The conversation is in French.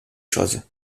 choses